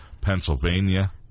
Pennsylvania